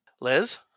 Liz